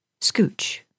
Scooch